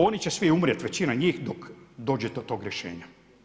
Oni će svi umrijeti, većina njih dok dođe do tog rješenja.